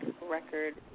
Record